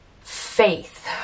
faith